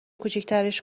کوچیکترش